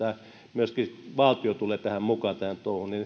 myöskin valtio tulee mukaan tähän touhuun niin